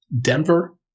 Denver